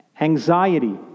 Anxiety